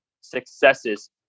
successes